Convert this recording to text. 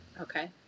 Okay